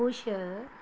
ਖੁਸ਼